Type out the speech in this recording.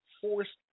forced